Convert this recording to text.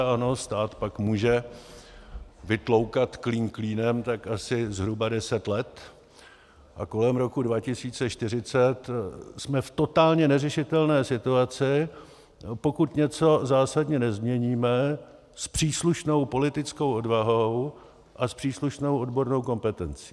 Ano, stát pak může vytloukat klín klínem tak asi zhruba deset let, a kolem roku 2040 jsme v totálně neřešitelné situaci, pokud něco zásadně nezměníme s příslušnou politickou odvahou a s příslušnou odbornou kompetencí.